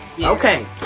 Okay